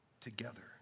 together